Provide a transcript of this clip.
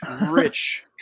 rich